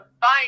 fine